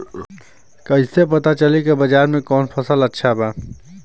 कैसे पता चली की बाजार में कवन फसल अच्छा बा?